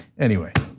anyway,